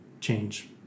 change